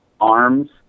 arms